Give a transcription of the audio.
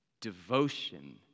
Devotion